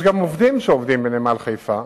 יש גם עובדים שעובדים בנמל חיפה.